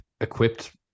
equipped